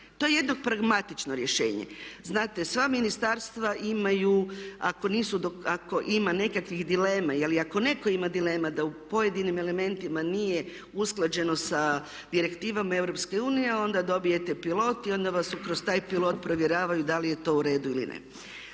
To je jedno pragmatično rješenje. Znate sva ministarstva imaju ako ima nekakvih dilema ili ako netko ima dilema da u pojedinim elementima nije usklađeno sa direktivama EU onda dobijete pilot i onda vas kroz taj pilot provjeravaju da li je to u redu ili ne.